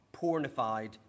pornified